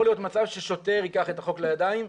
להיות מצב ששוטר ייקח את החוק לידיים,